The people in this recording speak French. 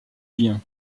liens